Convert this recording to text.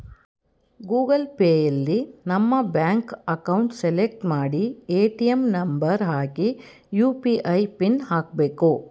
Google ಪೇಯಲ್ಲಿ ನಮ್ಮ bank account select ಮಾಡಿ ಎ.ಟಿ.ಎಂ ನಂಬರ್ ಹಾಕಿ ಯು.ಪಿ.ಐ ಪಿನ್ ಹಾಕ್ಬೇಕು